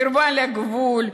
קרבה לגבול.